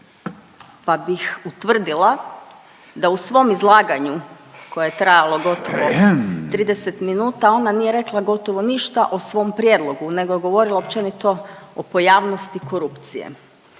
pa bih utvrdila da u svom izlaganju koje je trajalo gotovo 30 minuta, ona nije rekla gotovo ništa o svom prijedlogu, nego je govorila općenito o pojavnosti korupcije,